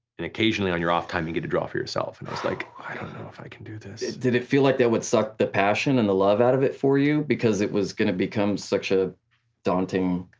and occasionally on your off time you and get to draw for yourself, and i was like i don't know if i can do this. did it feel like they would suck the passion and the love out of it for you because it was gonna become such a daunting.